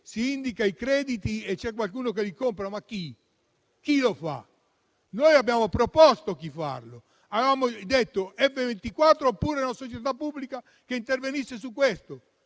si indicano i crediti e c'è qualcuno che li compra. Ma chi lo fa? Noi abbiamo proposto chi doveva farlo. Avevamo parlato degli F24 oppure di una società pubblica che intervenisse su questo